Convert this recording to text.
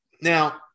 Now